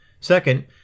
Second